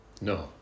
No